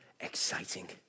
exciting